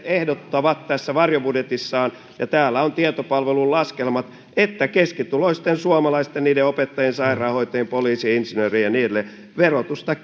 ehdottavat tässä varjobudjetissaan ja täällä on tietopalvelun laskelmat että keskituloisten suomalaisten niiden opettajien sairaanhoitajien poliisien insinöörien ja niin edelleen verotusta